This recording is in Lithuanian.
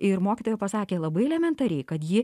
ir mokytoja pasakė labai elementariai kad ji